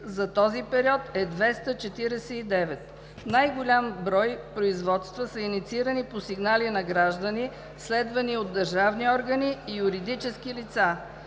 за този период са 249. Най-голям брой производства са инициирани по сигнали на граждани, следвани от държавни органи и юридически лица.